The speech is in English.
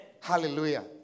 Hallelujah